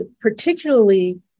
particularly